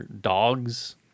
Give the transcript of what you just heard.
dogs